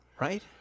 right